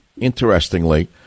interestingly